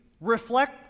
reflect